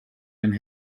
and